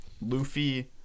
Luffy